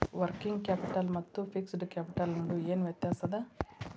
Working capital ಮತ್ತ fixed capital ನಡು ಏನ್ ವ್ಯತ್ತ್ಯಾಸದ?